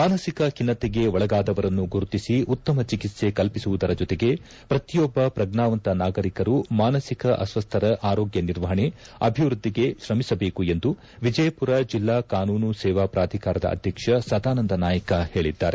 ಮಾನಸಿಕ ಖಿನ್ನತೆಗೆ ಒಳಗಾದವರನ್ನು ಗುರುತಿಸಿ ಉತ್ತಮ ಚಿಕಿತ್ಸೆ ಕಲ್ಪಿಸುವುದರ ಜೊತೆಗೆ ಪ್ರತಿಯೊಬ್ಬ ಪ್ರಜ್ಞಾವಂತ ನಾಗರಿಕರು ಮಾನಭಿಕ ಅಸ್ವಸ್ಥರ ಆರೋಗ್ಯ ನಿರ್ವಹಣೆ ಅಭಿವೃದ್ಧಿಗೆ ತ್ರಮಿಸಬೇಕು ಎಂದು ವಿಜಯಪುರ ಜಿಲ್ಲಾ ಕಾನೂನು ಸೇವಾ ಪ್ರಾಧಿಕಾರದ ಅಧ್ಯಕ್ಷ ಸದಾನಂದ ನಾಯಕ ಹೇಳಿದ್ದಾರೆ